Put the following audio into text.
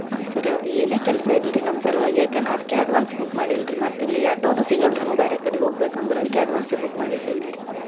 ಹಾಂ ಸರ್ ಅದು ಏನೇ ಕೆಲಸ ಇಲ್ರಿ ನಮ್ಮ ಸಲುವಾಗಿ ಯಾಕೆ ನಾ ಅದಕ್ಕೆ ಅಡ್ವಾನ್ಸ್ ಬುಕ್ ಮಾಡಿನ್ರಿ ಮತ್ತು ಇಲ್ಲಿ ಆಟೋದು ಸಿಗಲ್ರಿ ನಮ್ಮ ಬ್ಯಾರೆ ಕಡೆ ಹೋಗ್ಬೇಕಂದ್ರೆ ಅದಕ್ಕೆ ಅಡ್ವಾನ್ಸೆ ಬುಕ್ ಮಾಡಿ ಇಟ್ಟೀನರಿ